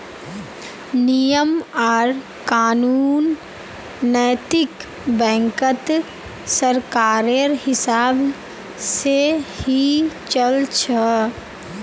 नियम आर कानून नैतिक बैंकत सरकारेर हिसाब से ही चल छ